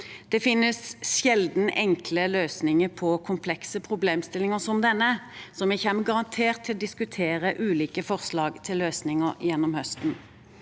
Det finnes sjelden enkle løsninger på komplekse problemstillinger som denne, så vi kommer garantert til å diskutere ulike forslag til løsninger gjennom høsten.